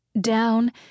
down